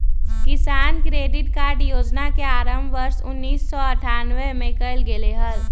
किसान credit card योजना के आरंभ वर्ष उन्नीसौ अठ्ठान्नबे में कइल गैले हल